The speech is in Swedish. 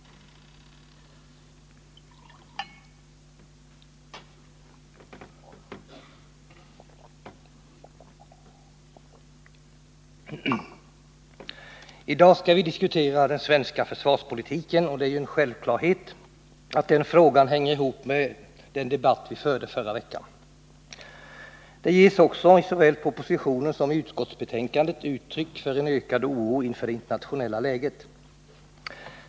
I dag skall vi diskutera den svenska försvarspolitiken, och det är ju en självklarhet att den frågan hänger ihop med den debatt vi förde förra veckan. Det ges också, såväl i propositionen som i utskottsbetänkandet, uttryck för en ökad oro inför det internationella läget.